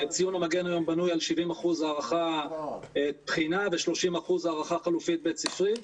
ציון המגן היום בנוי על 70% בחינה ו-30% הערכה חלופית בית-ספרית,